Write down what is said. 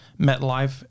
MetLife